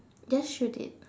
just shoot it